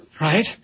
Right